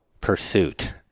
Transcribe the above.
pursuit